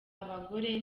abagore